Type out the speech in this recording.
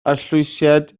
arllwysiad